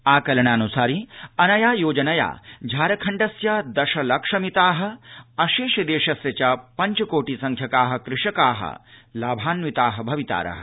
आकलनान्सारि अनया योजनया झारखण्डस्य दशलक्ष मिताः अशेष देशस्य च पञ्चकोटि संख्यकाः कृषकाः लाभान्विताः भवितारः